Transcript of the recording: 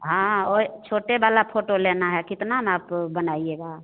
हाँ ओए छोटे वाला फोटो लेना है कितना ना आप बनाइएगा